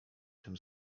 tym